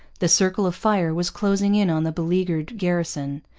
the circle of fire was closing in on the beleaguered garrison.